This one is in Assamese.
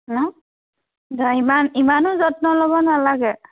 ন ধৰা ইমান ইমানো যত্ন ল'ব নালাগে